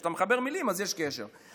כשאתה מחבר מילים אז יש קשר.